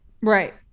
Right